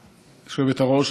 היושבת-ראש.